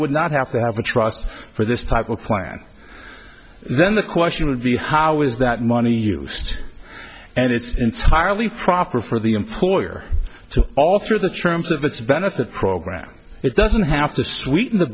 would not have to have a trust for this type of plan then the question would be how is that money used and it's entirely proper for the employer to alter the trends of its benefit program it doesn't have to sweeten the